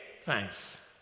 thanks